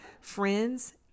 friends